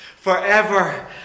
forever